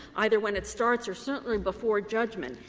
either when it starts or certainly before judgment.